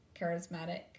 charismatic